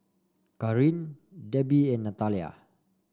Kareen Debby and Natalia